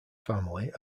family